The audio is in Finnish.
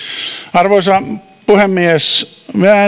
arvoisa puhemies minä en